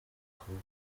kuba